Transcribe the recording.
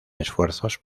esfuerzos